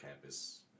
campus